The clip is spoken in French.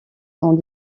sont